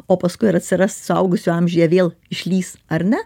o paskui ar atsiras suaugusių amžiuje vėl išlįs ar ne